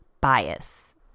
bias